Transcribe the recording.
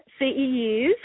CEUs